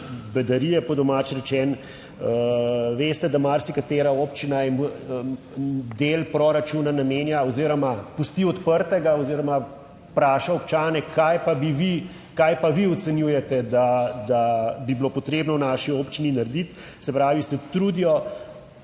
bedarije, po domače rečeno. Veste, da marsikatera občina del proračuna namenja oziroma pusti odprtega oziroma vpraša občane, kaj pa bi vi, kaj pa vi ocenjujete, da bi bilo potrebno v naši občini narediti, se pravi, se trudijo